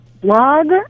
blog